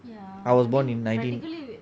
I was born in nineteen